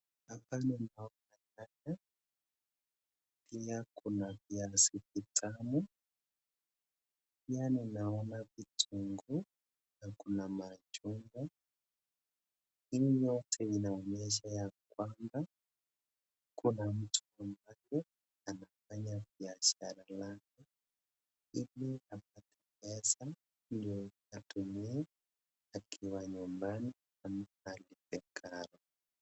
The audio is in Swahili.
Hapa ninaona viazi. Pia kuna viazi vitamu. Pia ninaona vitunguu na kuna machungwa. Hii yote inaonyesha ya kwamba kuna mtu ambaye anafanya biashara lake ili apate pesa ndio atumie akiwa nyumbani ama alipe karo.